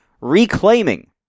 reclaiming